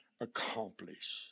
accomplish